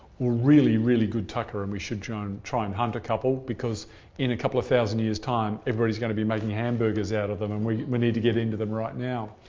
or really, really good tucker and we should try and hunt a couple because in a couple of thousand years' time, everybody's going to be making hamburgers out of them and we we need to get into them right now.